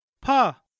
Pa